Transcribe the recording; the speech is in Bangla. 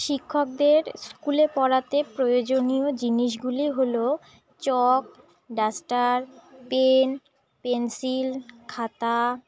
শিক্ষকদের স্কুলে পড়াতে প্রয়োজনীয় জিনিসগুলি হলো চক ডাস্টার পেন পেন্সিল খাতা